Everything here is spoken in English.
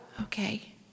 Okay